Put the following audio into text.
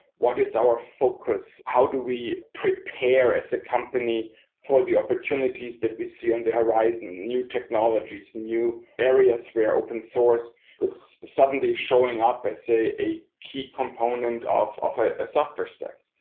what is our focus? how do we prepare as a company for the opportunities that we see on the horizon? new technologies, new areas where open source suddenly showing up as a a key component of of a software stack.